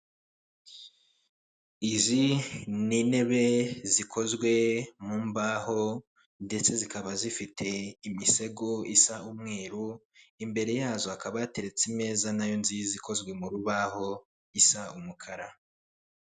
Izi ni intebe zikozwe mu mbaho ndetse zikaba zifite imisego isa umweru imbere yazo hakaba hateretse imeza na yo nziza ikozwe mu rubaho isa umukara.